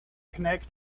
connect